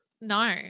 No